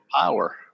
power